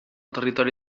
territori